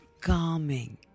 calming